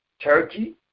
turkey